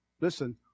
listen